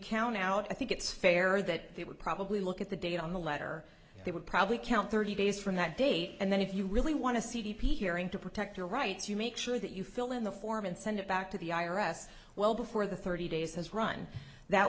count out i think it's fair that they would probably look at the date on the letter they would probably count thirty days from that date and then if you really want to c d p hearing to protect your rights you make sure that you fill in the form and send it back to the i r s well before the thirty days has run that